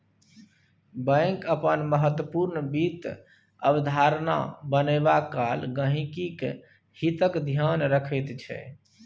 bank अपन महत्वपूर्ण वित्त अवधारणा बनेबा काल गहिंकीक हितक ध्यान रखैत छै